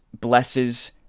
blesses